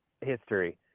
history